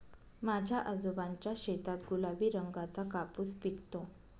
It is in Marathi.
माझ्या आजोबांच्या शेतात गुलाबी रंगाचा कापूस पिकतो